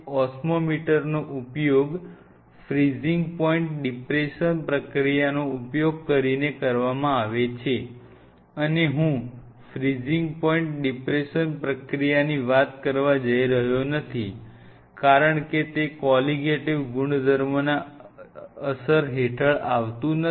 ઓસ્મોમીટરનો ઉપયોગ freezing point depression પ્રક્રિયાનો ઉપયોગ કરીને કરવામાં આવે છે અને હું ફ્રીઝિંગ પોઈન્ટ ડિપ્રેશન પ્રક્રિયાની વાત કર વા જઈ રહ્યો નથી કારણ કે તે કોલિગેટીવ ગુણધર્મોના અભ્યાસ હેઠળ આવે છે